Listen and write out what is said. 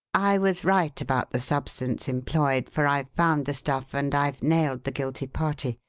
i was right about the substance employed, for i've found the stuff and i've nailed the guilty party.